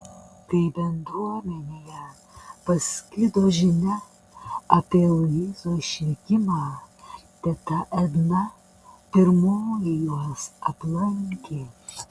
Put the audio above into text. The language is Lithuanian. kai bendruomenėje pasklido žinia apie luiso išvykimą teta edna pirmoji juos aplankė